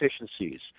efficiencies